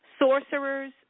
sorcerers